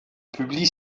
publie